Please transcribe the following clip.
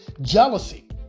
jealousy